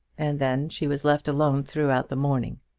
and then she was left alone throughout the morning.